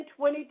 2022